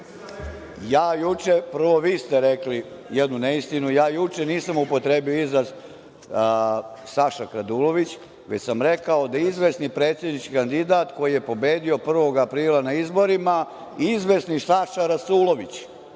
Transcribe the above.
repliku. Prvo vi ste rekli jednu neistinu, ja juče nisam upotrebio izraz Saša Kradulović, već sam rekao da izvesni predsednički kandidat koji je pobedio 1. aprila na izborima, izvesni Saša Rasulović.